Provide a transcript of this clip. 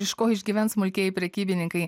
iš ko išgyvens smulkieji prekybininkai